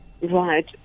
Right